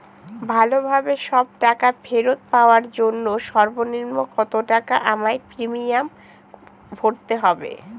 ভালোভাবে সব টাকা ফেরত পাওয়ার জন্য সর্বনিম্ন কতটাকা আমায় প্রিমিয়াম ভরতে হবে?